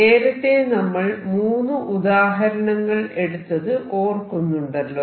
നേരത്തെ നമ്മൾ 3 ഉദാഹരണങ്ങൾ എടുത്തത് ഓർക്കുന്നുണ്ടല്ലോ